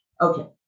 Okay